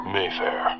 Mayfair